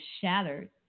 shattered